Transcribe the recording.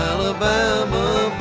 Alabama